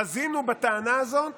חזינו בטענה הזאת